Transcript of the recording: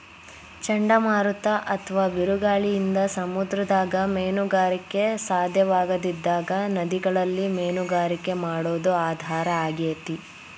ಚಂಡಮಾರುತ ಅತ್ವಾ ಬಿರುಗಾಳಿಯಿಂದ ಸಮುದ್ರದಾಗ ಮೇನುಗಾರಿಕೆ ಸಾಧ್ಯವಾಗದಿದ್ದಾಗ ನದಿಗಳಲ್ಲಿ ಮೇನುಗಾರಿಕೆ ಮಾಡೋದು ಆಧಾರ ಆಗೇತಿ